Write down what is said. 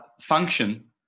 function